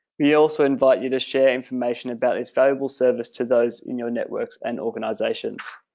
we also invite you to share information about this valuable service to those in your networks and organizations.